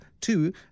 two